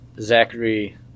Zachary